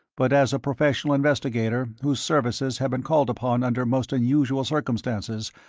but as a professional investigator whose services have been called upon under most unusual circumstances,